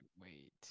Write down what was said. Wait